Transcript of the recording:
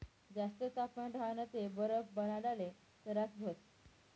जास्त तापमान राह्यनं ते बरफ बनाडाले तरास व्हस